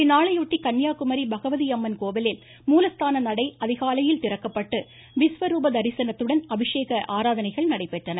இந்நாளையொட்டி கன்னியாகுமரி பகவதி அம்மன் கோவிலில் மூலஸ்தான நடை அதிகாலையில் திறக்கப்பட்டு விஸ்வரூப தரிசனத்துடன் அபிஷேக அராதனைகள் நடைபெற்றன